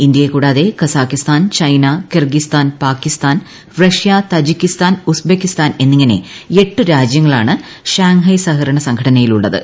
ഇന്ത്യയെ കൂടാതെ Kazakhstan China Kyrgyzstan Pakistan Russia Tajikistan Uzbekistan എന്നിങ്ങനെ എട്ട് രാജ്യങ്ങളാണ് ഫാങ്ഹായ് സഹകരണ സംഘടനയിലുള്ളത്